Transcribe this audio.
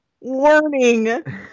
warning